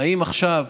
אם עכשיו